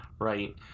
right